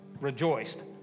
rejoiced